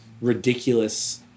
ridiculous